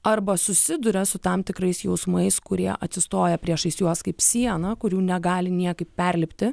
arba susiduria su tam tikrais jausmais kurie atsistoja priešais juos kaip siena kurių negali niekaip perlipti